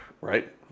right